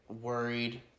worried